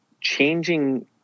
changing